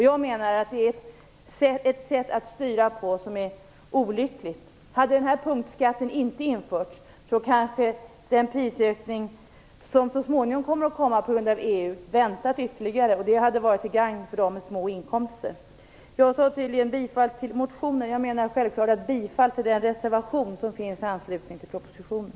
Jag menar att det är ett olyckligt sätt att utöva styrning. Om denna punktskatt inte hade införts skulle kanske den prisökning som så småningom kommer på grund av EU-bestämmelserna ha uppskjutits, och det hade varit till gagn för dem som har små inkomster. Jag yrkade tidigare bifall till motionen, men jag menade självfallet bifall till reservationen.